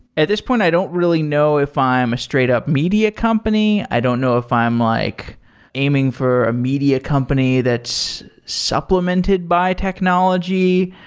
at this point i don't really know if i am a straight up media company. i don't know if i'm like aiming for a media company that's supplemented by technology.